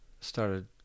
started